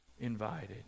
invited